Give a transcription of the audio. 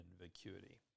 vacuity